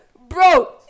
Bro